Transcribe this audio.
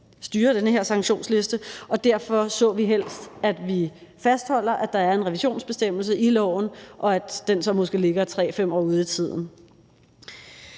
styrer den her sanktionsliste, og derfor så vi helst, at vi fastholder, at der er en revisionsbestemmelse i loven, og at den så måske ligger 3-5 år ud i tiden.